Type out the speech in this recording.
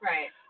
Right